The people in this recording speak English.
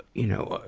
you know,